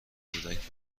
کودک